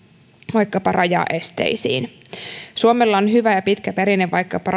vaikkapa rajaesteisiin suomella on hyvä ja pitkä perinne vaikkapa